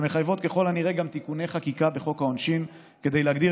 שמחייבות ככל הנראה גם תיקוני חקיקה בחוק העונשין כדי להגדיר